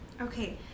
Okay